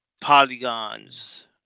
polygons